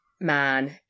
man